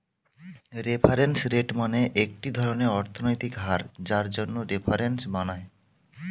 reference rate মানে একটি ধরনের অর্থনৈতিক হার যার জন্য রেফারেন্স বানায়